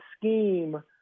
scheme